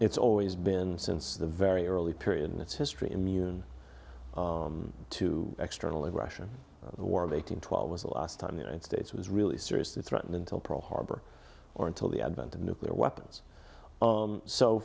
it's always been since the very early period in its history immune to external aggression the war of eighteen twelve was the last time the united states was really seriously threatened until pearl harbor or until the advent of nuclear weapons